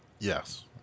Yes